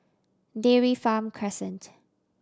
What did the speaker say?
Dairy Farm Crescent